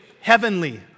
heavenly